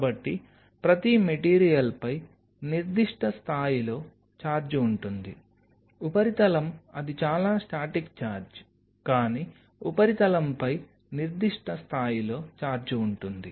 కాబట్టి ప్రతి మెటీరియల్పై నిర్దిష్ట స్థాయిలో ఛార్జ్ ఉంటుంది ఉపరితలం అది చాలా స్టాటిక్ ఛార్జ్ కానీ ఉపరితలంపై నిర్దిష్ట స్థాయిలో ఛార్జ్ ఉంటుంది